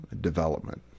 development